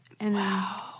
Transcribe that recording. Wow